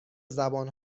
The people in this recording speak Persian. زبان